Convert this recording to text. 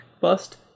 bust